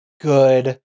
good